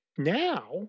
Now